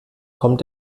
kommt